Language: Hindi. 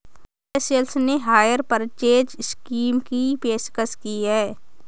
विजय सेल्स ने हायर परचेज स्कीम की पेशकश की हैं